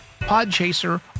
Podchaser